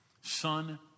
son